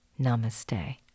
Namaste